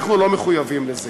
אנחנו לא מחויבים לזה.